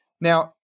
Now